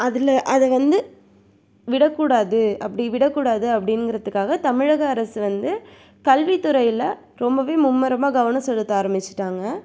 அதில் அதை வந்து விடக்கூடாது அப்படி விடக்கூடாது அப்படின்ங்கிறதுக்காக தமிழக அரசு வந்து கல்வித்துறையில் ரொம்பவே மும்மரமாக கவனம் செலுத்த ஆரமிச்சிவிட்டாங்க